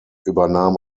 übernahm